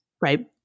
Right